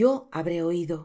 yo habré oído